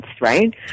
right